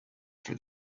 for